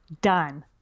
Done